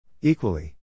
Equally